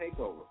Takeover